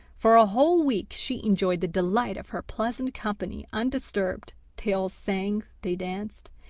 for a whole week she enjoyed the delight of her pleasant company undisturbed. they all sang, they danced,